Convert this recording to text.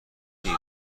نیست